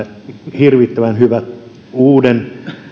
hirvittävän hyvä uuden